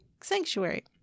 sanctuary